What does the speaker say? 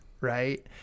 right